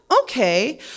okay